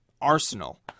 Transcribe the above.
arsenal